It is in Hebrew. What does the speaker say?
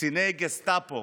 קציני גסטפו